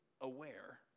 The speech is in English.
aware